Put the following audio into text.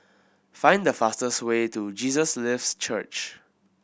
find the fastest way to Jesus Lives Church